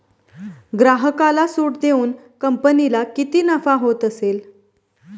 ग्राहकाला सूट देऊन कंपनीला किती नफा होत असेल